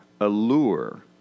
allure